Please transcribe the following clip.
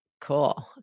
Cool